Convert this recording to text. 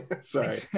Sorry